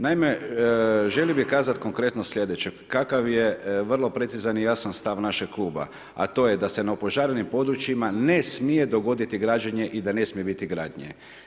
Naime, želio bih kazati konkretno sljedeće, kakav je vrlo precizan i jasan stav našeg kluba a to je da se na opožarenim područjima ne smije dogoditi građenje i da ne smije biti gradnje.